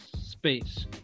space